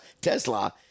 Tesla